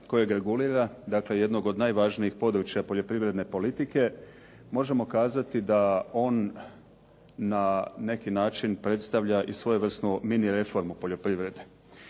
kojeg regulira, dakle, jednog od najvažnijih područja poljoprivredne politike možemo kazati da on na neki način predstavlja i svojevrsnu mini reformu poljoprivrede.